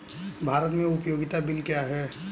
भारत में उपयोगिता बिल क्या हैं?